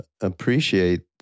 appreciate